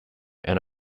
and